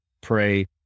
pray